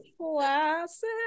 classic